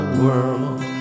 world